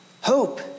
hope